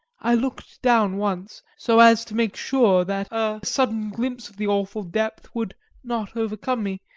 i looked down once, so as to make sure that a sudden glimpse of the awful depth would not overcome me,